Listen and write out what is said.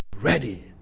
ready